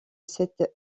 cette